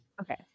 Okay